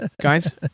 guys